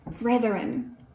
brethren